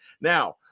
Now